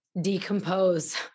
decompose